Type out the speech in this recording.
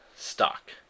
stock